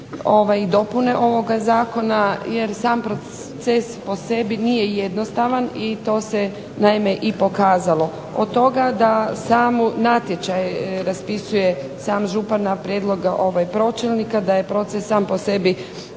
i dopune ovoga zakona, jer sam proces po sebi nije jednostavan i to se pokazalo. O tome da sam natječaj raspisuje sam župan na prijedlog pročelnika, da je proces sam po sebi